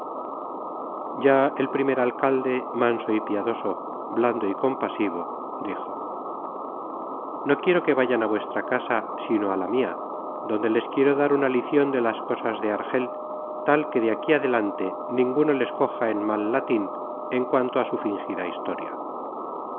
ya el primer alcalde manso y piadoso blando y compasivo dijo no quiero que vayan á vuestra casa sino á ve ce content from google book search generated at la mia donde les quiero dar una licion de las cosas de argel tal que de aquí adelante ninguno les coja en mal latin en cuanto a su fingida historia